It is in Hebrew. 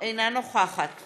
אינה נוכחת